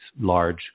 large